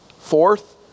Fourth